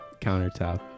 countertop